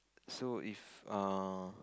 so if err